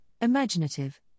imaginative